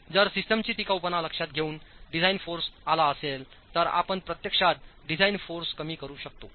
जर सिस्टमची टिकाऊपणा लक्षात घेऊन डिझाइन फोर्स आला असेल तर आपण प्रत्यक्षात डिझाइन फोर्स कमी करू शकता